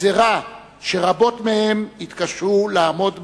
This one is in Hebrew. גזירה שרבות מהן יתקשו לעמוד בה,